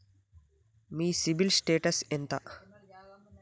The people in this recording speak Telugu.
మీ సిబిల్ స్టేటస్ ఎంత?